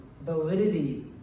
validity